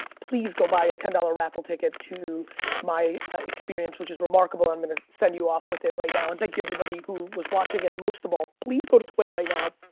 please go buy a ten dollars raffle ticket to my experience, which is remarkable. i'm gonna send you off with it right now, and thank you everybody who was watching, and most of all, please go to twitter right now,